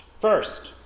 First